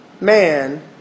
man